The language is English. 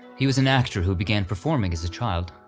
he was an actor who began performing as a child.